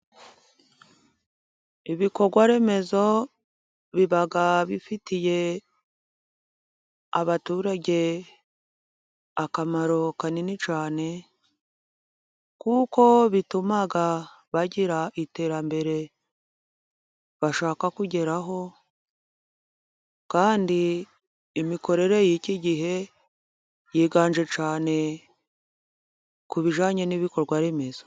Ibikorwaremezo biba bifitiye abaturage akamaro kanini cyane, kuko bituma bagira iterambere bashaka kugeraho, kandi imikorere y'iki gihe yiganje cyane ku bijyanye n'ibikorwaremezo.